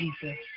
Jesus